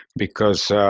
because